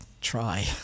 try